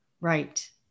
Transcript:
Right